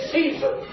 Caesar